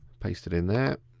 paste it in there